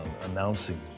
announcing